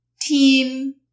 team